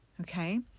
Okay